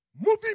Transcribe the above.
Moving